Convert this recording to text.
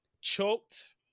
choked